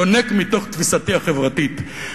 יונק מתוך תפיסתי החברתית,